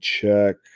check